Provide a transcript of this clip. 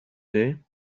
day